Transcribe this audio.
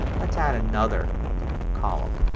let's add another column.